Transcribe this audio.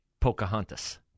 Pocahontas